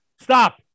Stop